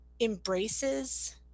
embraces